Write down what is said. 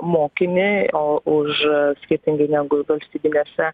mokinį o už skirtingai negu valstybinėse